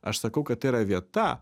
aš sakau kad tai yra vieta